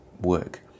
work